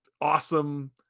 awesome